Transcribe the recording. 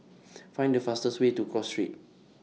Find The fastest Way to Cross Street